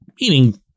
meaning